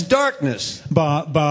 darkness